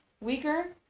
weaker